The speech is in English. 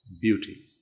beauty